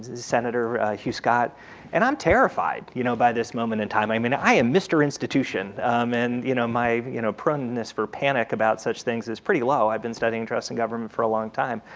senator hugh scott and i'm terrified you know by this moment in time i mean i am mister institution um and you know my you know premise for panic about such things that's pretty low i've been studying trust in government for a long time.